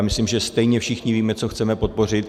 Myslím, že stejně všichni víme, co chceme podpořit.